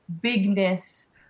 bigness